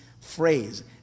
phrase